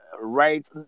right